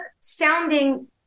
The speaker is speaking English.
sounding